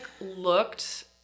looked